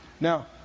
Now